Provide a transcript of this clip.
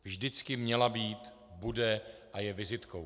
Vždycky měla být, bude a je vizitkou.